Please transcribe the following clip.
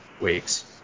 weeks